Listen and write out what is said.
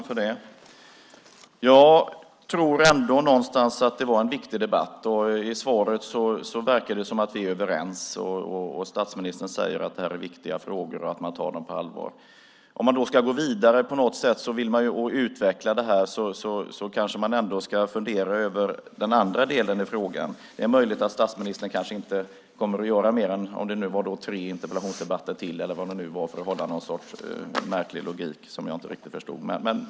Fru talman! Jag tror ändå någonstans att detta var en viktig debatt. I svaret verkar det som att vi är överens. Statsministern säger att det här är viktiga frågor och att man tar dem på allvar. Om man då ska gå vidare på något sätt och utveckla det här kanske man ändå ska fundera över den andra delen i frågan. Det är möjligt att statsministern inte kommer att delta i mer än tre interpellationsdebatter till, eller vad det nu var, för att upprätthålla någon sorts märklig logik som jag inte riktigt förstod.